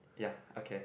ya okay